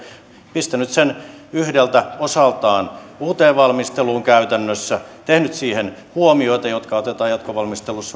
pistänyt sen yhdeltä osaltaan uuteen valmisteluun käytännössä tehnyt siihen huomioita jotka otetaan jatkovalmistelussa